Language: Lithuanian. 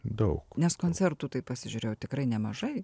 nes koncertų tai pasižiūrėjau tikrai nemažai